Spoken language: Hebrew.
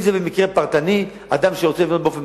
אם זה במקרה פרטני, אדם שרוצה לבנות באופן פרטי,